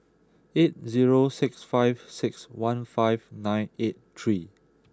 eight zero six five six one five nine eight three